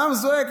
העם זועק.